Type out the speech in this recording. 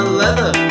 leather